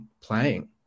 playing